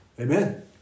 Amen